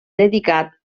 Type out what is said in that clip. dedicat